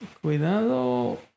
Cuidado